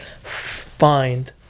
find